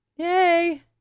Yay